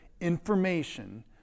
Information